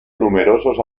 numerosos